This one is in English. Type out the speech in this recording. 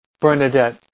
Bernadette